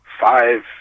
five